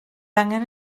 angen